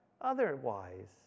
Otherwise